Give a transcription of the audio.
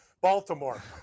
Baltimore